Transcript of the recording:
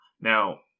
Now